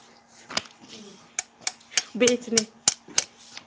बेचने